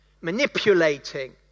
manipulating